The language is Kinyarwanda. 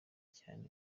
cyane